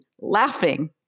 laughing